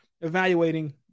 evaluating